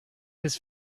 his